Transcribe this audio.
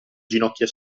ginocchia